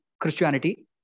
Christianity